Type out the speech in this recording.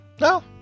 No